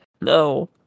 No